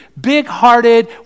big-hearted